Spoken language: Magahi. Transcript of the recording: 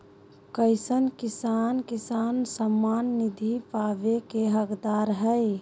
कईसन किसान किसान सम्मान निधि पावे के हकदार हय?